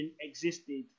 existed